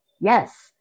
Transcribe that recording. Yes